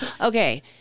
Okay